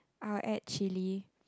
I'll add chilli